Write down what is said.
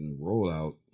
rollout